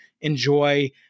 enjoy